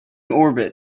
orbit